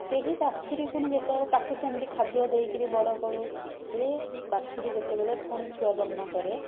ସେହି ବାଛୁରୀ ପୁଣି ଯେତେବେଳେ ତାକୁ ସେମିତି ଖାଦ୍ୟ ଦେଇକି ବଡ଼ କରୁ ସିଏ ବାଛୁରୀ ଯେତେବେଳେ ଫୁଣି ଛୁଆ ଜନ୍ମ କରେ